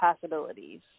possibilities